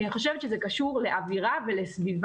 כי אני חושבת שזה קשור לאווירה ולסביבה.